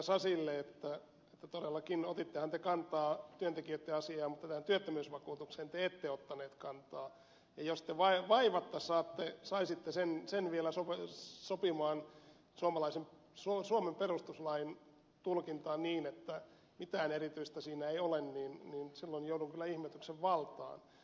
sasille että todellakin otittehan te kantaa työntekijöitten asiaan mutta tähän työttömyysvakuutukseen te ette ottaneet kantaa ja jos te vaivatta saisitte sen vielä sopimaan suomen perustuslain tulkintaan niin että mitään erityistä siinä ei ole niin silloin joudun kyllä ihmetyksen valtaan